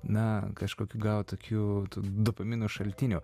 na kažkokių gal tokių tų dopamino šaltinių